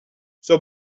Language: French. son